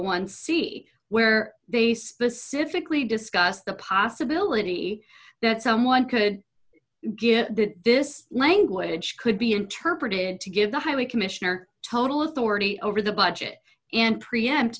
see where they specifically discussed the possibility that someone could give this language could be interpreted to give the highway commissioner total authority over the budget and preempt